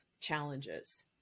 challenges